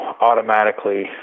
automatically